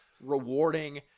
rewarding